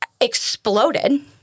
exploded